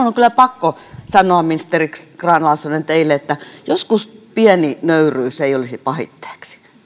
on kyllä pakko sanoa ministeri grahn laasonen teille että joskus pieni nöyryys ei olisi pahitteeksi